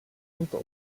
tomto